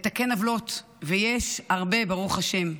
לתקן עוולות, ויש הרבה, ברוך השם.